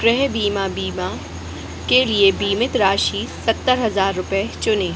गृह बीमा बीमा के लिए बीमित राशि सत्तर हज़ार रुपये चुनें